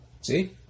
See